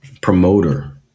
promoter